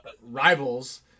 rivals